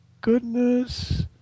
goodness